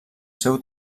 seu